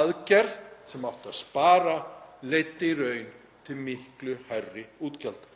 Aðgerð sem átti að spara leiddi í raun til miklu hærri útgjalda.